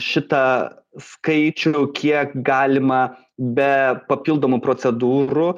šitą skaičių kiek galima be papildomų procedūrų